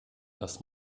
das